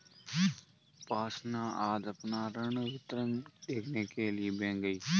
उपासना आज अपना ऋण विवरण देखने के लिए बैंक गई